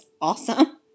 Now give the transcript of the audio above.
awesome